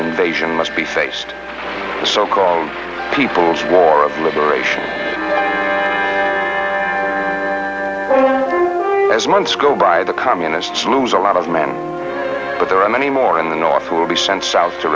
invasion must be faced so close people's war of liberation as months go by the communists lose a lot of men but there are many more in the north will be sent south to